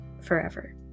forever